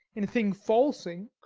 in a thing falsing.